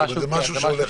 זה משהו שהולך לקרות.